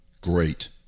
Great